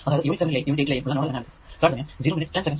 അതായതു യൂണിറ്റ് 7 ലേയും 8 ലേയും ഉള്ള നോഡൽ അനാലിസിസ്